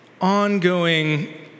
ongoing